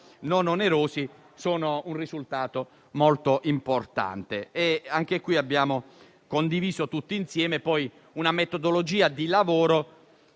non onerosi è un risultato molto importante. Abbiamo condiviso tutti insieme una metodologia di lavoro